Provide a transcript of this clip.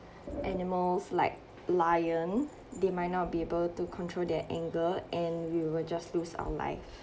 animals like lions they might not be able to control their anger and we will just lose our life